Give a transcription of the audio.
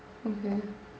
mmhmm